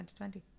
2020